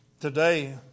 Today